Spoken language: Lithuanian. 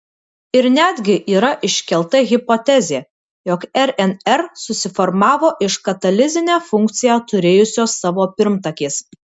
ir netgi yra iškelta hipotezė jog rnr susiformavo iš katalizinę funkciją turėjusios savo pirmtakės